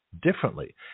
differently